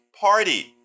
party